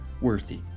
worthy